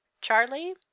charlie